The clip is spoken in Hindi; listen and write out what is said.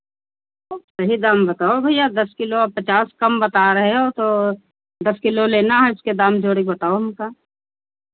सही दाम बताओ भैया दस किलो पचास कम बता रहे हो तो दस किलो लेना है उसके दाम जोड़ के बताओ हमका